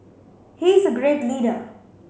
he is a great leader